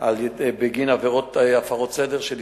בגין עבירות הפרות סדר של ישראלים,